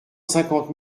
cinquante